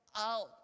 out